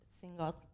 single